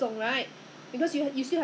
I see oh